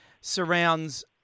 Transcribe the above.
surrounds